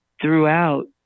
throughout